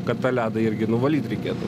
kad tą ledą irgi nuvalyt reikėtų